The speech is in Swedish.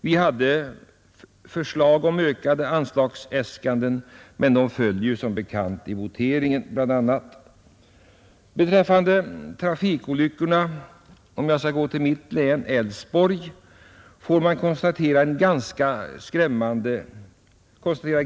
Vi hade förslag om ökade anslag, men de föll som bekant i voteringen. Beträffande trafikolyckorna kan man — och jag talar nu om mitt hemlän, Älvsborgs län — konstatera ganska skrämmande siffror.